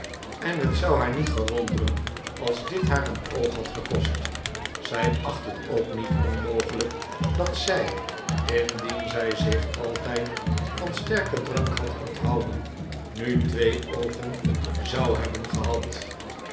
en het zou haar niet verwonderen als dit haar een oog had gekost zij acht het ook niet onmogelijk dat zij indien zij zich altijd van sterken drank had onthouden nu twee oogen zou hebben gehad